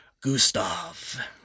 Gustav